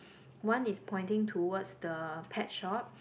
one is pointing towards the pet shop